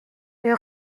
est